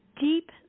deep